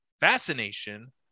fascination